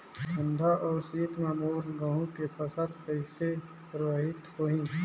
ठंडा अउ शीत मे मोर गहूं के फसल कइसे प्रभावित होही?